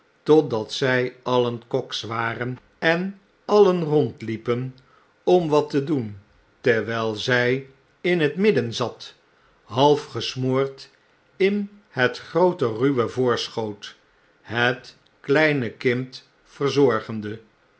totdat zjj alien koks waren en alien rondliepen om wat te doen terwjjl zjj in het midden zat half gesmoordinhet groote ruwe voorschoot het kleine kind verzorgende